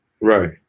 Right